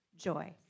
joy